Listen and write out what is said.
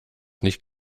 nicht